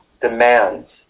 demands